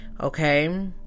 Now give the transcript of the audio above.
okay